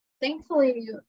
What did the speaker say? thankfully